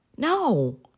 No